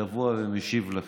שבוע ומשיב לכם.